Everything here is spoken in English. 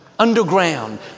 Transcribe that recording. Underground